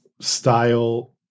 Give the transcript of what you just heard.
style